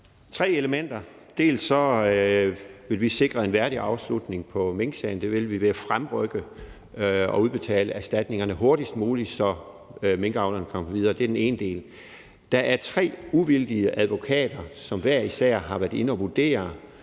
tre elementer. Vi ville sikre en værdig afslutning på minksagen, og det ville vi gøre ved at fremrykke og udbetale erstatningerne hurtigst muligt, så minkavlerne kan komme videre. Det er den ene del. Der er tre uvildige advokater, som hver især har været inde at vurdere